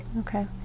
Okay